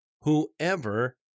whoever